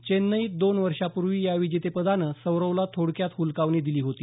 चेन्नईत दोन वर्षांपूर्वी या विजेतेपदानं सौरवला थोडक्यात हुलकावणी दिली होती